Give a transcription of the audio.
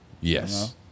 Yes